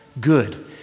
good